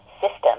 system